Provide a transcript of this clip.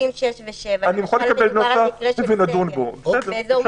אפשר לדון על זה.